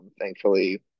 thankfully